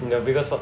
the biggest flaw